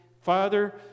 Father